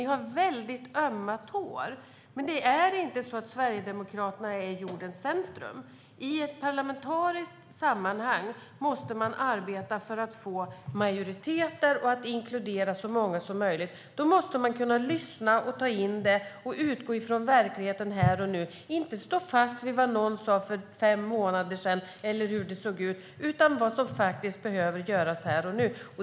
Ni har väldigt ömma tår, men det är inte så att Sverigedemokraterna är jordens centrum. I ett parlamentariskt sammanhang måste man arbeta för att få majoriteter och inkludera så många som möjligt. Då måste man kunna lyssna och ta in det och utgå från verkligheten här och nu - inte stå fast vid vad någon sa för fem månader sedan eller hur det såg ut då utan se vad som behöver göras här och nu.